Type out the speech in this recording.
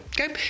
okay